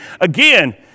Again